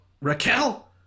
Raquel